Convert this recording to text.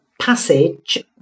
passage